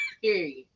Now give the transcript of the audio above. period